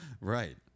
Right